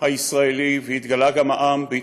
הישראלי והתגלה גם העם בהתנדבותו,